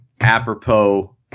apropos